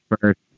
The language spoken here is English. first